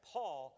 Paul